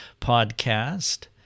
podcast